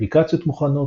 אפליקציות מוכנות,